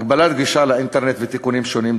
הגבלת גישה לאינטרנט ותיקונים שונים,